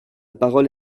parole